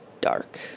Dark